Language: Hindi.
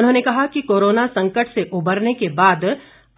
उन्होंने कहा कि कोरोना संकट से उभरने के बाद